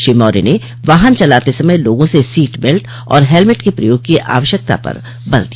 श्री मौर्य ने वाहन चलाते समय लोगों से सीट बेल्ट और हेलमेट के प्रयोग की आवश्यकता पर बल दिया